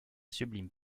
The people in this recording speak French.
sublime